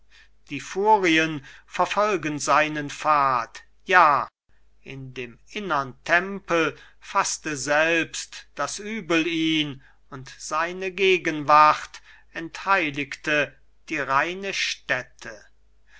die furien verfolgen seinen pfad ja in dem innern tempel faßte selbst das übel ihn und seine gegenwart entheiligte die reine